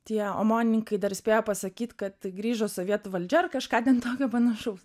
tie omonininkai dar spėjo pasakyt kad grįžo sovietų valdžia ar kažką ten tokio panašaus